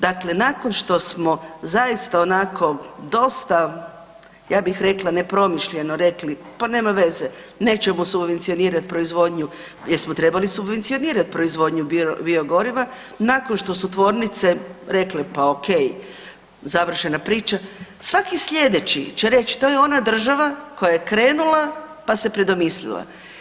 Dakle, nakon što smo zaista onako dosta ja bih rekla nepromišljeno rekli, pa nema veze nećemo subvencionirati proizvodnju, jer smo trebali subvencionirati proizvodnju biogoriva, nakon što su tvornice rekle pa ok, završena priča, svaki slijedeći će reći to je ona država koja je krenula pa se predomislila.